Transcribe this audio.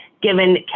given